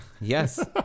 Yes